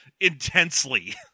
intensely